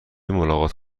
ملاقات